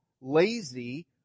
lazy